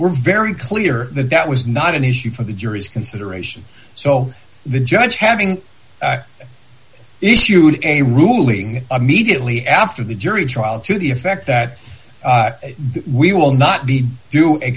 were very clear that that was not an issue for the jury's consideration so the judge having issued a ruling mediately after the jury trial to the effect that we will not be do